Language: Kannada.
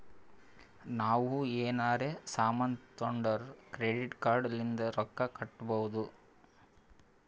ನಾವ್ ಎನಾರೇ ಸಾಮಾನ್ ತೊಂಡುರ್ ಕ್ರೆಡಿಟ್ ಕಾರ್ಡ್ ಲಿಂತ್ ರೊಕ್ಕಾ ಕಟ್ಟಬೋದ್